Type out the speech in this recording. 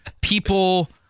people